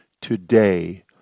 today